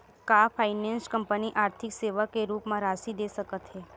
का finance company आर्थिक सेवा के रूप म राशि दे सकत हे?